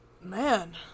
man